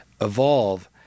evolve